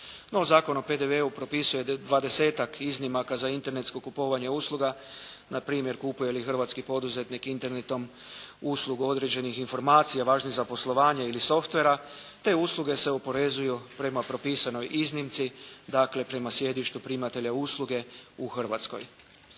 no Zakon o PDV-u propisuje dvadesetak iznimaka za internetsko kupovanje usluga, na primjer, kupuje li hrvatski poduzetnik internetom uslugu određenih informacija važnih za poslovanje ili softvera, te usluge se oporezuju prema propisanoj iznimci, dakle prema sjedištu primatelja usluge u Hrvatskoj.